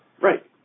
right